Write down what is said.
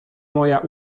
moja